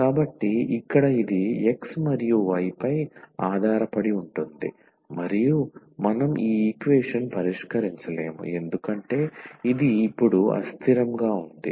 కాబట్టి ఇక్కడ ఇది x మరియు y పై ఆధారపడి ఉంటుంది మరియు మనం ఈ ఈక్వేషన్ పరిష్కరించలేము ఎందుకంటే ఇది ఇప్పుడు అస్థిరంగా ఉంది